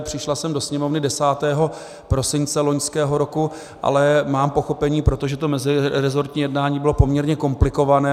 Přišla sem do Sněmovny 10. prosince loňského roku, ale mám pochopení, protože to mezirezortní jednání bylo poměrně komplikované.